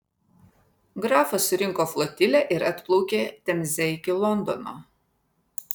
grafas surinko flotilę ir atplaukė temze iki londono